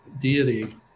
deity